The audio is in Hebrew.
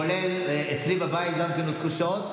כולל אצלי בבית, גם כן נותקו שעות.